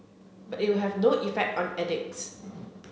but it will have no effect on addicts